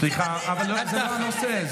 סליחה, זה לא הנושא.